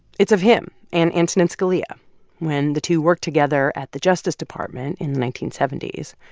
it's of him and antonin scalia when the two worked together at the justice department in the nineteen seventy s.